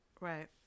Right